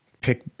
pick